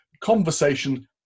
Conversation